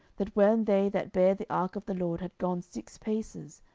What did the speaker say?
that when they that bare the ark of the lord had gone six paces,